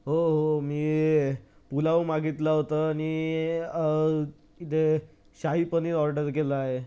हो हो मी पुलाव मागितला होता आणि द शाही पनीर ऑर्डर केलं आहे